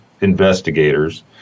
investigators